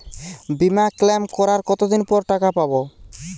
বিমা ক্লেম করার কতদিন পর টাকা পাব?